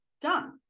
done